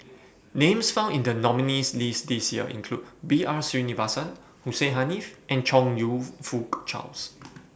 Names found in The nominees' list This Year include B R Sreenivasan Hussein Haniff and Chong YOU Fook Charles